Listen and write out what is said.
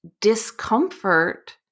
discomfort